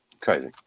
crazy